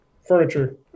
furniture